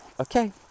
Okay